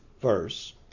verse